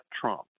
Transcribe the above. Trump